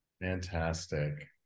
Fantastic